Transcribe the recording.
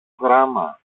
γράμμα